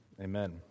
Amen